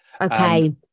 Okay